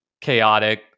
chaotic